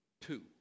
two